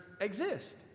exist